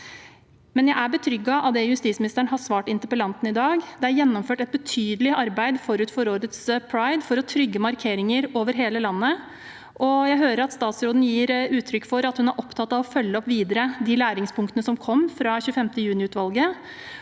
jeg er betrygget av det justisministeren har svart interpellanten i dag. Det er gjennomført et betydelig arbeid forut for årets pride for å trygge markeringer over hele landet. Jeg hører også at statsråden gir uttrykk for at hun er opptatt av å følge opp de læringspunktene som kom fra 25. juni-utvalget,